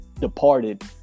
departed